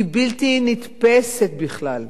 הוא בלתי נתפס בכלל.